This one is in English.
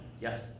Yes